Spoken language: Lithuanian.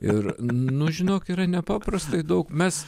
ir nu žinok yra nepaprastai daug mes